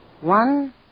One